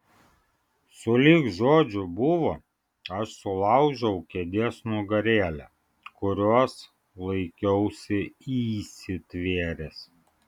sulig žodžiu buvo aš sulaužiau kėdės nugarėlę kurios laikiausi įsitvėręs